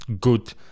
good